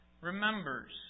remembers